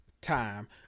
time